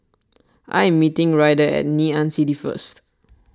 I am meeting Ryder at Ngee Ann City first